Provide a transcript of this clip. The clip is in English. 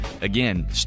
again